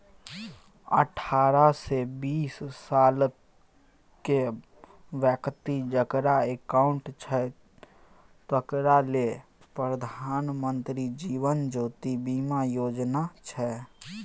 अठारहसँ बीस सालक बेकती जकरा अकाउंट छै तकरा लेल प्रधानमंत्री जीबन ज्योती बीमा योजना छै